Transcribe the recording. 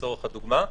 לצורך הדוגמה.